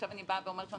עכשיו אני באה ואומרת לו,